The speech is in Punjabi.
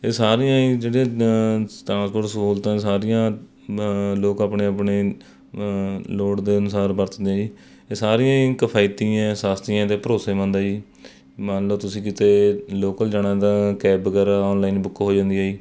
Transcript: ਇਹ ਸਾਰੀਆਂ ਹੀ ਜਿਹੜੇ ਟਰਾਂਸਪੋਰਟ ਸਹੂਲਤਾਂ ਸਾਰੀਆਂ ਲੋਕ ਆਪਣੇ ਆਪਣੇ ਲੋੜ ਦੇ ਅਨੁਸਾਰ ਵਰਤਦੇ ਆ ਜੀ ਇਹ ਸਾਰੀਆਂ ਹੀ ਕਿਫਾਇਤੀ ਹੈ ਸਸਤੀਆਂ ਅਤੇ ਭਰੋਸੇਮੰਦ ਹੈ ਜੀ ਮੰਨ ਲਉ ਤੁਸੀਂ ਕਿਤੇ ਲੋਕਲ ਜਾਣਾ ਤਾਂ ਕੈਬ ਵਗੈਰਾ ਔਨਲਾਈਨ ਬੁੱਕ ਹੋ ਜਾਂਦੀ ਹੈ ਜੀ